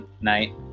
night